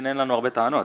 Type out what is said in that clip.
אין לנו הרבה טענות.